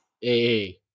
Hey